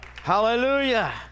Hallelujah